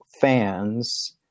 fans